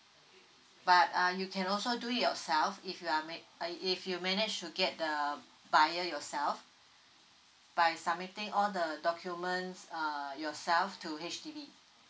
but uh you can also do it yourself if you are man~ if you manage to get the uh via yourself by submitting all the documents err yourself to H_D_B